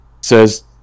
says